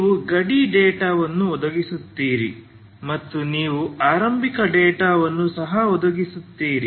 ನೀವು ಗಡಿ ಡೇಟಾವನ್ನು ಒದಗಿಸುತ್ತೀರಿ ಮತ್ತು ನೀವು ಆರಂಭಿಕ ಡೇಟಾವನ್ನು ಸಹ ಒದಗಿಸುತ್ತೀರಿ